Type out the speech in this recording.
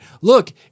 look